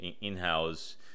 In-house